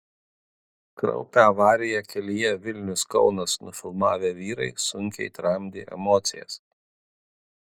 kraupią avariją kelyje vilnius kaunas nufilmavę vyrai sunkiai tramdė emocijas